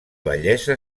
bellesa